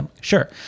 Sure